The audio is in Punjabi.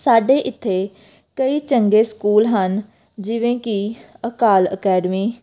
ਸਾਡੇ ਇੱਥੇ ਕਈ ਚੰਗੇ ਸਕੂਲ ਹਨ ਜਿਵੇਂ ਕਿ ਅਕਾਲ ਅਕੈਡਮੀ